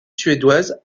suédoise